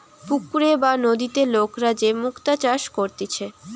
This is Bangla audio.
পুকুরে বা নদীতে লোকরা যে মুক্তা চাষ করতিছে